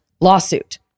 lawsuit